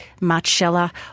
Marchella